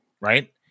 Right